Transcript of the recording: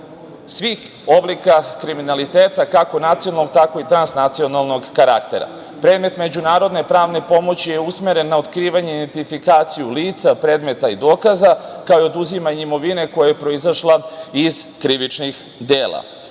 svih oblika kriminaliteta, kako nacionalnog, tako i transnacionalnog karaktera. Predmet međunarodne pravne pomoći je usmeren na otkrivanje i identifikaciju lica, predmeta i dokaza, kao i oduzimanje imovine koja je proizašla iz krivičnih